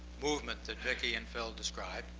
movement that viki and phil describe.